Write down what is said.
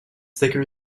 thicker